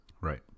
Right